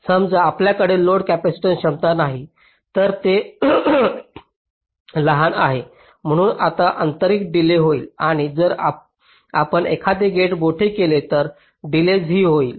समजा आपल्याकडे load capacitance क्षमता नाही तर ते लहान आहे म्हणून आता आंतरिक डिलेज होईल आणि जर आपण एखादे गेट मोठे केले तर डिलेजही होईल